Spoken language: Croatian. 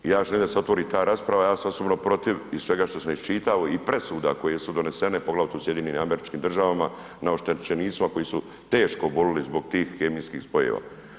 I ja želim da se otvori ta rasprava, ja sam osobno protiv, iz svega što sam iščitao i presuda koje su donesene poglavito u SAD-u na oštećenicima koji su teško oboljeli zbog tih kemijskih spojeva.